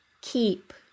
keep